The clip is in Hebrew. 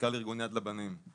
מנכ"ל ארגון יד לבנים,